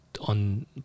on